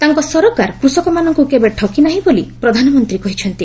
ତାଙ୍କ ସରକାର କୃଷକମାନଙ୍କୁ କେବେ ଠକି ନାହିଁ ବୋଲି ପ୍ରଧାନମନ୍ତ୍ରୀ କହିଛନ୍ତି